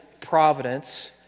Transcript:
providence